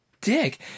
dick